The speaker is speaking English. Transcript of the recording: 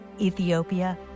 Ethiopia